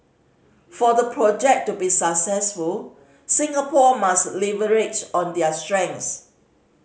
for the project to be successful Singapore must leverage on there strengths